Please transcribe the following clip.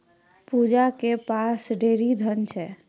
पूजा के पास ढेरी धन छै